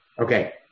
Okay